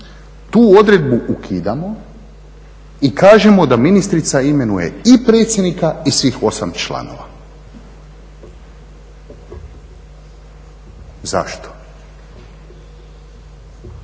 Tu odredbu ukidamo i kažemo da ministrica imenuje i predsjednika i svih 8 članova. Zašto?